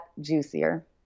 juicier